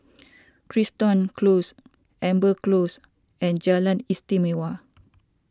Crichton Close Amber Close and Jalan Istimewa